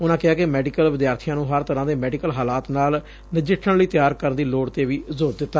ਉਨਾਂ ਮੈਡੀਕਲ ਵਿਦਿਆਰਥੀਆਂ ਨੂੰ ਹਰ ਤਰਾਂ ਦੇ ਮੈਡੀਕਲ ਹਾਲਾਤ ਨਾਲ ਨਜਿੱਠਣ ਲਈ ਤਿਆਰ ਕਰਨ ਦੀ ਲੋੜ ਤੇ ਵੀ ਜ਼ੋਰ ਦਿੱਤਾ